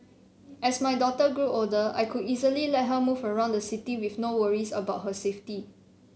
as my daughter grew older I could easily let her move around the city with no worries about her safety